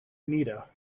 anita